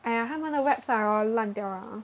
!aiya! 他们的 website hor 烂掉了